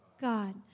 God